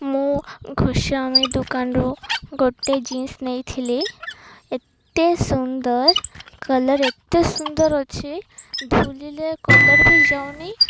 ମୁଁ ଗୋସ୍ୱାମୀ ଦୋକାନରୁ ଗୋଟେ ଜିନ୍ସ ନେଇଥିଲି ଏତେ ସୁନ୍ଦର କଲର୍ ଏତେ ସୁନ୍ଦର ଅଛି ଧୋଇଲେ କଲର୍ ବି ଯାଉନି